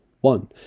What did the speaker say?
One